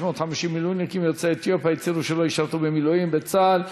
350 מילואימניקים יוצאי אתיופיה הצהירו שלא ישרתו במילואים בצה"ל,